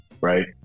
Right